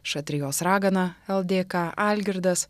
šatrijos ragana ldk algirdas